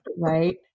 Right